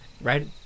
Right